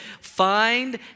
Find